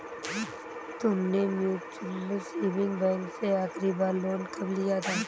तुमने mutual saving bank से आखरी बार लोन कब लिया था?